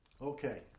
okay